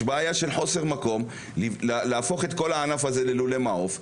יש בעיה של חוסר מקום להפוך את הענף ללולי מעוף.